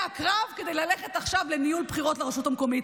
הקרב כדי ללכת עכשיו לניהול בחירות לרשות המקומית,